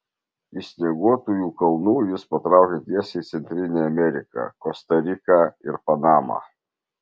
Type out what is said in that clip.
iš snieguotųjų kalnų jis patraukė tiesiai į centrinę ameriką kosta riką ir panamą